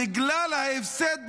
בגלל ההפסד במלחמה,